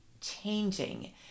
changing